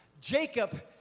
Jacob